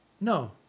No